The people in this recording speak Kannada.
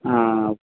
ಹಾಂ